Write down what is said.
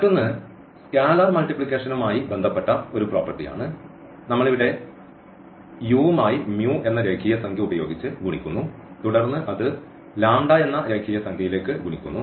മറ്റൊന്ന് സ്കേലാർ മൾട്ടിപ്ലിക്കേഷനുമായി ബന്ധപ്പെട്ട ഒരു പ്രോപ്പർട്ടി ആണ് നമ്മൾ ഇവിടെ u മായി എന്ന രേഖീയ സംഖ്യ ഉപയോഗിച്ച് ഗുണിക്കുന്നു തുടർന്ന് അത് എന്ന രേഖീയ സംഖ്യയിലേക്ക് ഗുണിക്കുന്നു